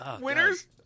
Winners